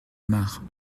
mare